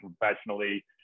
professionally